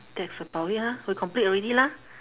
that's about it lah we complete already lah